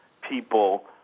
people